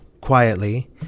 quietly